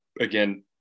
Again